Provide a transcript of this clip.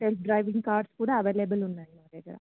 self driving cars కూడా available ఉన్నాయి మా దగ్గర